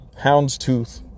houndstooth